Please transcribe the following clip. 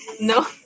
No